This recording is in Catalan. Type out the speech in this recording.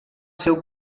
seu